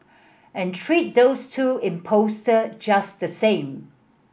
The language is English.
and treat those two impostor just the same